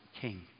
king